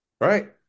Right